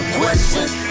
questions